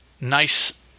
nice